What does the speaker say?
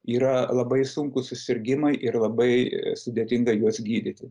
yra labai sunkūs susirgimai ir labai sudėtinga juos gydyti